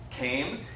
came